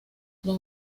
los